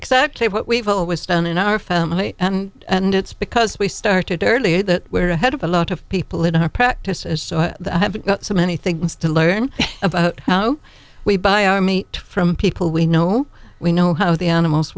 exactly what we've always done in our family and it's because we started early that we're ahead of a lot of people in our practice as so i have so many things to learn about oh we buy our meat from people we know we know how the animals